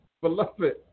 Beloved